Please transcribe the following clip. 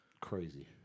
Crazy